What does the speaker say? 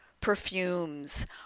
perfumes